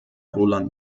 roland